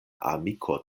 amiko